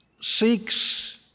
seeks